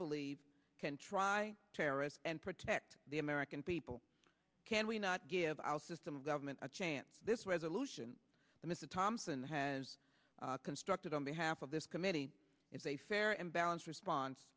believe can try terrorists and protect the american people can we not give out system of government a chance this resolution the mrs thompson has constructed on behalf of this committee is a fair and balanced response